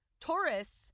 Taurus